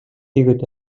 хийгээд